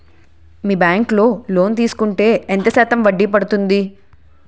మీ bank లో loan తీసుకుంటే ఎంత శాతం వడ్డీ పడ్తుంది?